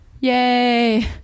Yay